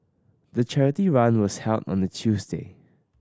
the charity run was held on a Tuesday